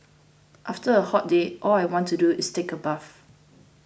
after a hot day all I want to do is take a bath